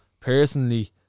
personally